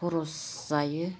खरस जायो